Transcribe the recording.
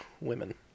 women